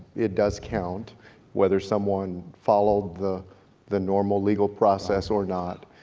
it does count whether someone followed the the normal legal process or not,